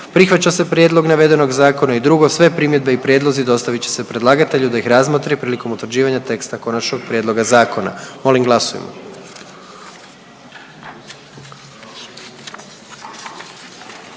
Prihvaća se prijedlog navedenog zakona i pod 2. Sve primjedbe i prijedlozi dostavit će se predlagatelju da ih razmotri prilikom utvrđivanja teksta konačnog prijedloga zakona.“ Molim glasujmo.